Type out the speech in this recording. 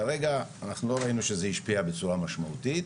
כרגע אנחנו לא ראינו שזה השפיע בצורה משמעותית.